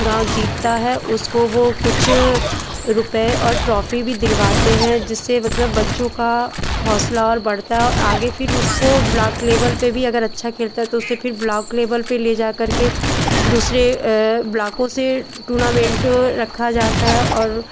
गाँव जीतता है उसको वो कुछ रूपए और ट्रोफी भी दिलवाते हैं जिससे वो बच्चों का हौसला और बढ़ता है आगे फिर उसको ब्लॉक लेबल पे भी अगर अच्छा खेलता है तो उसे फिर ब्लॉक लेबल पर ले जा करके दूसरे ब्लॉकों से टूर्नामेंट रखा जाता है और